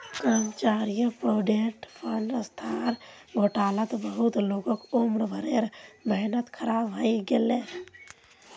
कर्मचारी provident fund संस्थार घोटालात बहुत लोगक उम्र भरेर मेहनत ख़राब हइ गेले